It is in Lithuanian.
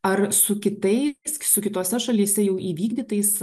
ar su kitais su kitose šalyse jau įvykdytais